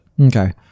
Okay